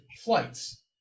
flights